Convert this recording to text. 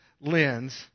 lens